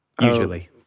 usually